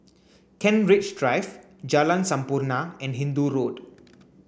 Kent Ridge Drive Jalan Sampurna and Hindoo Road